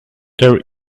there